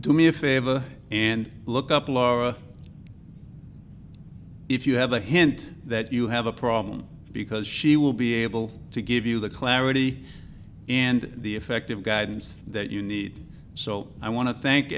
do me a favor and look up laura if you have a hint that you have a problem because she will be able to give you the clarity and the effective guidance that you need so i want to thank